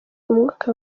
umwuka